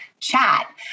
chat